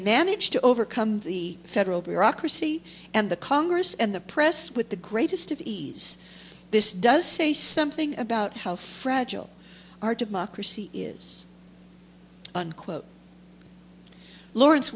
managed to overcome the federal bureaucracy and the congress and the press with the greatest of ease this does say something about how fragile our democracy is unquote lawrence